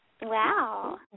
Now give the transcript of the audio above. Wow